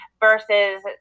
versus